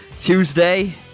Tuesday